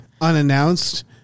unannounced